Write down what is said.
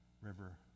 River